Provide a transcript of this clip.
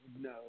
no